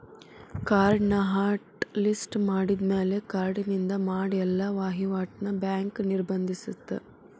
ಕಾರ್ಡ್ನ hot list ಮಾಡಿದ್ಮ್ಯಾಲೆ ಕಾರ್ಡಿನಿಂದ ಮಾಡ ಎಲ್ಲಾ ವಹಿವಾಟ್ನ ಬ್ಯಾಂಕ್ ನಿರ್ಬಂಧಿಸತ್ತ